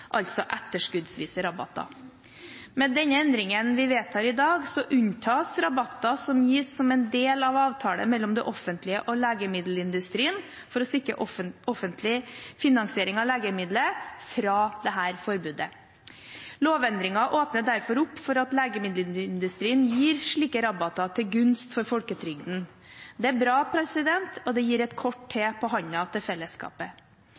altså etterskuddsvise rabatter. Med den endringen vi vedtar i dag, unntas rabatter som gis som en del av avtaler mellom det offentlige og legemiddelindustrien for å sikre offentlig finansiering av legemidler, fra dette forbudet. Lovendringen åpner derfor opp for at legemiddelindustrien gir slike rabatter til gunst for folketrygden. Det er bra, og det gir fellesskapet et kort til